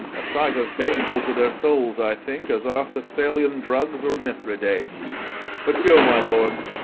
a sight as baneful to their souls, i think, as are thessalian drugs or mithridate but go, my lords,